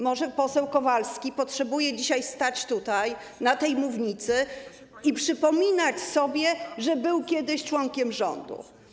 Może poseł Kowalski potrzebuje dzisiaj stać tutaj, na tej mównicy, i przypominać sobie, że był kiedyś członkiem rządu.